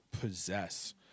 possess